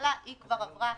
הממשלה היא כבר עברה